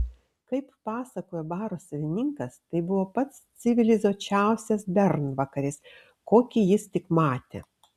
kaip pasakojo baro savininkas tai buvo pats civilizuočiausias bernvakaris kokį jis tik matė